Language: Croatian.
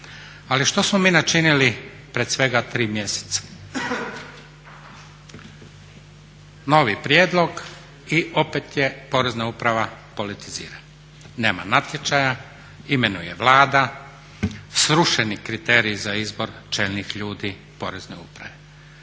Ali što smo mi načinili pred svega tri mjeseca? Novi prijedlog i opet je Porezna uprava politizirana. Nema natječaja, imenuje Vlada, srušeni kriteriji za izbor čelnih ljudi u Poreznoj upravi.